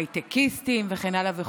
הייטקיסטים וכן הלאה.